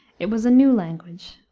it was a new language,